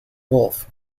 wolf